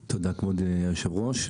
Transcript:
תודה, כבוד היו"ר.